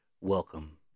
Welcome